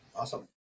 Awesome